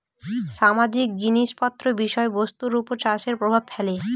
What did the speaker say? সামাজিক জিনিস পত্র বিষয় বস্তু সব চাষে প্রভাব ফেলে